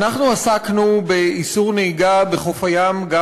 אנחנו עסקנו באיסור נהיגה בחוף הים גם